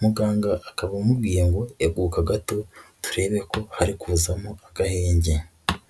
muganga akaba amubwiye ngo eguka gato turebe ko hari kuzamo agahenge.